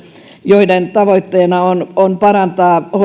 joiden tavoitteena on on parantaa